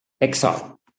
exile